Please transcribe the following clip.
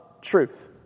truth